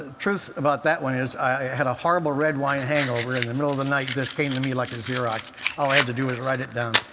truth about that one is i had a horrible red wine hangover, in the middle of the night, this came to me like a xerox all i had to do was write it down.